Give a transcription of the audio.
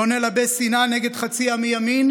לא נלבה שנאה נגד חצי עם מימין